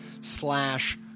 slash